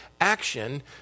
action